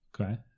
Okay